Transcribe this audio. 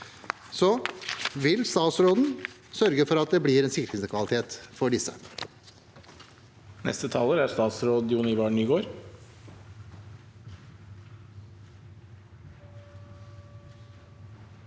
Vil statsråden sørge for at det blir en sikringskvalitet for disse?